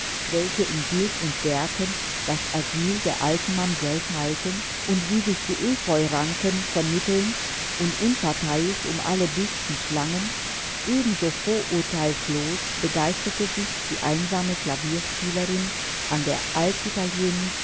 welche in bild und werken das asyl der alten mamsell teilten und wie sich die epheuranken vermittelnd und unparteiisch um alle büsten schlangen ebenso vorurteilslos begeisterte sich die einsame klavierspielerin an der